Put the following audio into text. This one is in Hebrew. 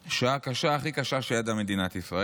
שעה קשה, הכי קשה שידעה מדינת ישראל